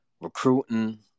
recruiting